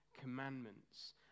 Commandments